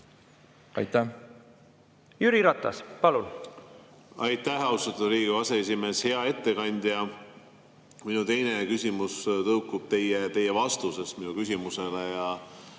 palun! Jüri Ratas, palun! Aitäh, austatud Riigikogu aseesimees! Hea ettekandja! Minu teine küsimus tõukub teie vastusest minu küsimusele.